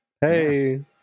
Hey